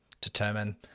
determine